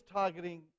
targeting